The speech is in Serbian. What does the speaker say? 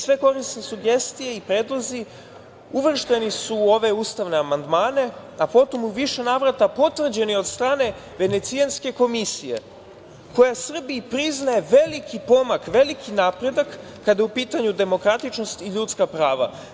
Sve korisne sugestije i predlozi uvršteni su u ove ustavne amandmane, a potom u više navrata potvrđeni od strane Venecijanske komisije koja Srbiji priznaje veliki pomak, veliki napredak kada je u pitanju demokratičnost i ljudska prava.